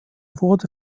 wurde